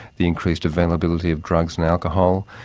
the increased availability of drugs and alcohol,